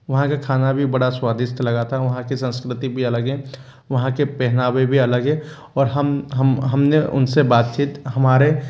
वहाँ का खाना भी बड़ा स्वादिष्ट लगा था वहाँ की संस्कृति भी अलग है वहाँ के पहनावे भी अलग हैं और हम हम हमने उनसे बातचीत हमारे